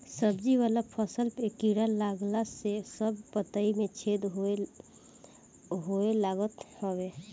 सब्जी वाला फसल पे कीड़ा लागला से सब पतइ में छेद होए लागत हवे